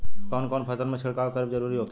कवने कवने फसल में छिड़काव करब जरूरी होखेला?